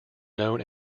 known